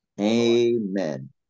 Amen